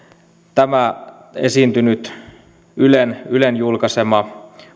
tämä esiintynyt ylen ylen julkaisema